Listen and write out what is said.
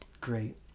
great